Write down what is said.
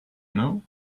know